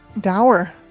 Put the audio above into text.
Dower